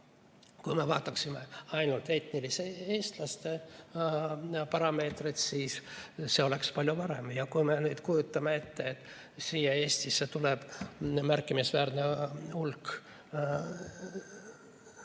Kui me vaataksime ainult etniliste eestlaste parameetreid, siis see oleks palju parem. Kui me nüüd kujutame ette, et Eestisse tuleb märkimisväärne hulk